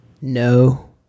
No